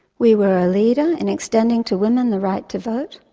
we were a leader in extending to women the right to vote.